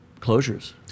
closures